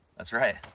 that's right,